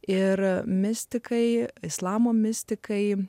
ir mistikai islamo mistikai